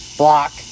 block